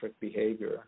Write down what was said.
behavior